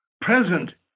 present